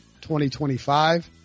2025